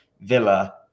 Villa